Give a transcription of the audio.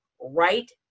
right